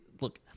Look